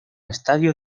estadio